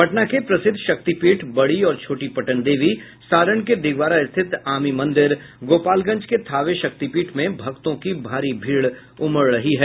पटना के प्रसिद्ध शक्तिपीठ बड़ी और छोटी पटनदेवी सारण के दिघवारा स्थित आमि मंदिर गोपालगंज के थावे शक्तिपीठ में भक्तों की भारी भीड़ उमड़ रही है